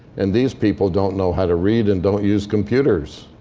and these people don't know how to read and don't use computers.